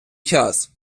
час